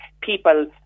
people